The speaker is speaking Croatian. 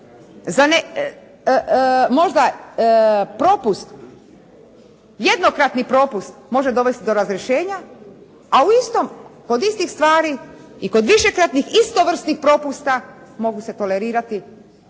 jednokratni propust može dovesti do razrješenja, a kod istih stvari i kod višekratnih istovrsnih propusta mogu se tolerirati i